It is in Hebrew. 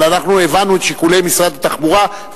אבל אנחנו הבנו את שיקולי משרד התחבורה,